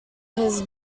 his